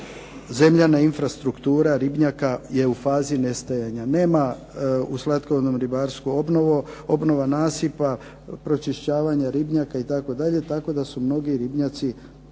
zemljana infrastruktura ribnjaka je u fazi nestajanja. Nema u slatkovodnom ribarstvu obnova nasipa, pročišćavanja ribnjaka itd., tako da su mnogi ribnjaci